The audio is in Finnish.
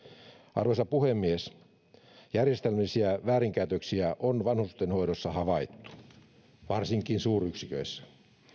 arvoisa puhemies järjestelmällisiä väärinkäytöksiä on vanhustenhoidossa havaittu varsinkin suuryksiköissä